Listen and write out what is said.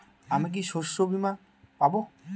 আমি কি শষ্যবীমা পাব?